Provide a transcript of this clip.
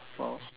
!wow!